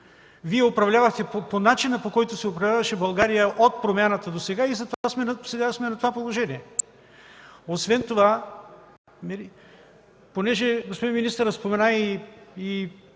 нищо. Управлявахте по начина, по който се управляваше България от промяната досега и затова сега сме на това положение. Освен това, понеже господин министърът спомена и